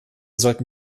sollten